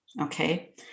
okay